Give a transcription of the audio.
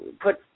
put